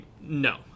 no